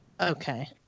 Okay